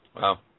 Wow